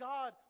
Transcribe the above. God